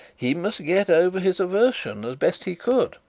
he must get over his aversion as best he could.